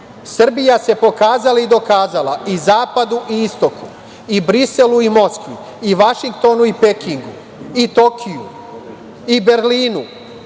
Evropi. Srbija se pokazala i dokazala i zapadu i istoku, i Briselu i Moskvi, i Vašingtonu i Pekingu, i Tokiju, i Berlinu,